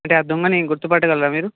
అంటే ఆ దొంగని గుర్తుపట్టగలరా మీరు